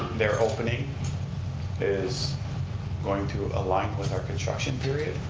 their opening is going to align with our construction period?